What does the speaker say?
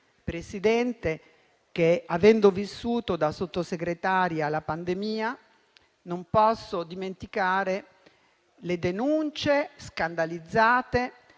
Presidente, che avendo vissuto da Sottosegretaria la pandemia, non posso dimenticare le denunce scandalizzate